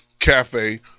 Cafe